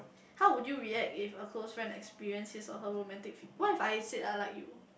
how would you react if a close friend experience his or her romantic what if I said I like you